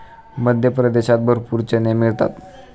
मध्य प्रदेशात भरपूर चणे मिळतात